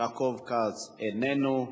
יעקב כץ איננו.